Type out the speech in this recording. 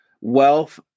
wealth